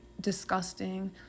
disgusting